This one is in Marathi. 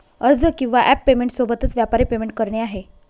अर्ज किंवा ॲप पेमेंट सोबतच, व्यापारी पेमेंट करणे आहे